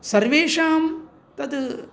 सर्वेषां तद्